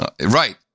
Right